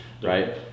right